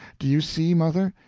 do you see, mother?